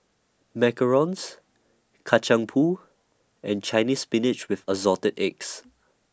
Macarons Kacang Pool and Chinese Spinach with Assorted Eggs